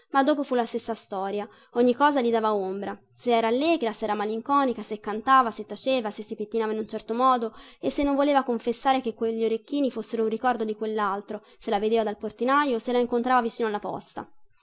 ma dopo fu la stessa storia ogni cosa gli dava ombra se era allegra se era malinconica se cantava se taceva se si pettinava in un certo modo e se non voleva confessare che quegli orecchini fossero un ricordo di quellaltro se la vedeva dal portinaio o se la incontrava vicino alla posta